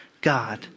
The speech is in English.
God